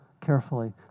carefully